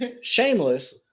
Shameless